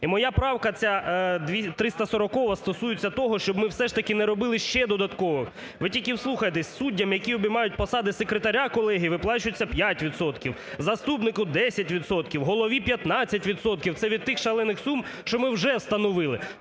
І моя правка ця 340-а стосується того, щоб ми все ж таки не робили ще додаткових. Ви тільки вслухайтесь: суддям, які обіймають посади секретаря колегії, виплачується 5 відсотків, заступнику – 10 відсотків, голові – 15 відсотків. Це від тих шалених сум, що ми вже встановили.